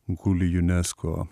guli unesco